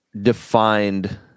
defined